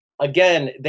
again